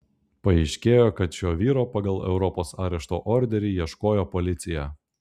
paaiškėjo kad šio vyro pagal europos arešto orderį ieškojo policija